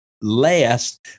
last